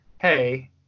hey